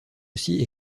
aussi